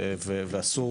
ואסור